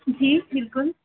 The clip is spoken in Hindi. जी बिल्कुल